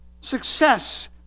Success